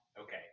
okay